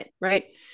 right